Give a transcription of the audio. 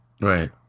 right